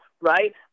right